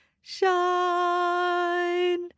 shine